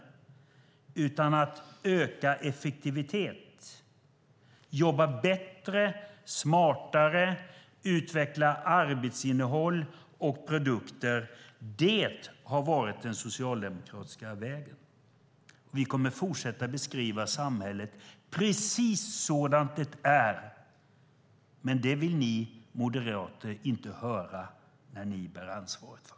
Det handlar om att öka effektivitet, jobba bättre och smartare, utveckla arbetsinnehåll och produkter. Det har varit den socialdemokratiska vägen. Vi kommer att fortsätta att beskriva samhället precis sådant det är. Men det vill ni moderater inte höra när ni bär ansvaret för det.